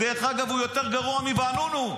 דרך אגב, הוא יותר גרוע מוואנונו.